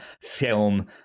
film